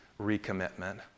recommitment